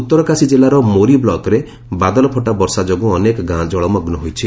ଉତ୍ତର କାଶୀ ଜିଲ୍ଲାର ମୋରୀ ବ୍ଲକରେ ବାଦଲଫଟା ବର୍ଷା ଯୋଗୁଁ ଅନେକ ଗାଁ ଜଳମଗୁ ହୋଇଛି